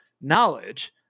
knowledge